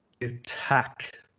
attack